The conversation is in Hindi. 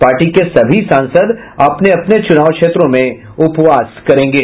पार्टी के सभी सांसद अपने अपने चूनाव क्षेत्रों में उपवास करेंगे